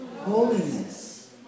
holiness